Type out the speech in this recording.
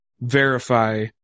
verify